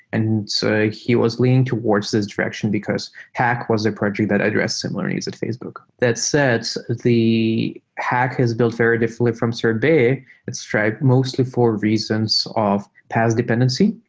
and so he was leaning towards this direction, because hack was a project that address similar needs at facebook. that said, the hack is built differently from sorbet at stripe mostly for reasons of paas dependency.